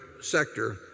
sector